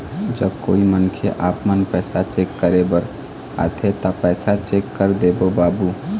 जब कोई मनखे आपमन पैसा चेक करे बर आथे ता पैसा चेक कर देबो बाबू?